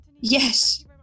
Yes